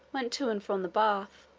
went to and from the bath.